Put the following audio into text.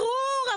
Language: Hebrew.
ברור.